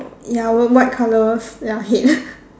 ya w~ white colours ya head